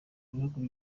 ibihugu